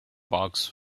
barks